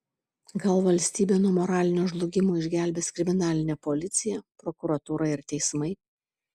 gal valstybę nuo moralinio žlugimo išgelbės kriminalinė policija prokuratūra ir teismai